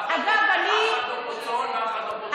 אף אחד פה לא צאן ואף אחד פה לא טבח.